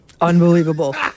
Unbelievable